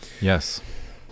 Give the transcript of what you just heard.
Yes